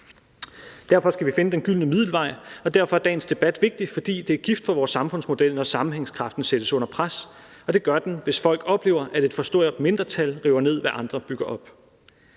Derfor skal vi finde den gyldne middelvej, og derfor er dagens debat vigtig, for det er gift for vores samfundsmodel, når sammenhængskraften sættes under pres. Og det gør den, hvis folk oplever, at et for stort mindretal river ned, hvad andre bygger op.